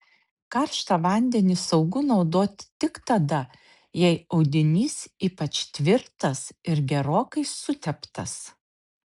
karštą vandenį saugu naudoti tik tada jei audinys ypač tvirtas ir gerokai suteptas